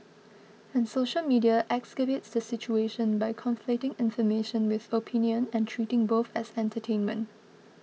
and social media exacerbates the situation by conflating information with opinion and treating both as entertainment